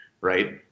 right